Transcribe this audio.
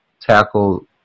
tackle